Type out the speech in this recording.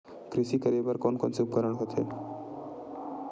कृषि करेबर कोन कौन से उपकरण होथे?